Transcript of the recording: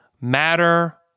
matter